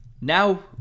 now